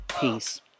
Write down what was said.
Peace